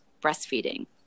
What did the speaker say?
breastfeeding